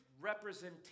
representation